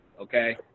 okay